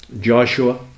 Joshua